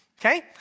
Okay